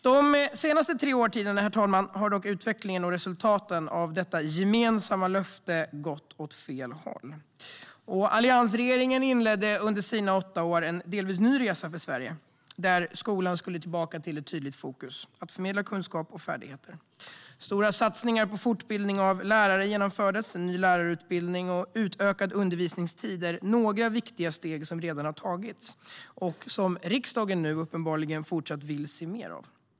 De senaste tre årtiondena, herr talman, har dock utvecklingen och resultaten av detta gemensamma löfte gått åt fel håll. Alliansregeringen inledde under sina åtta år en delvis ny resa för Sverige, där skolan skulle tillbaka till ett tydligt fokus: att förmedla kunskap och färdigheter. Stora satsningar på fortbildning av lärare genomfördes. Ny lärarutbildning och utökad undervisningstid är några viktiga steg som redan har tagits och som riksdagen nu uppenbarligen vill se mer av i fortsättningen.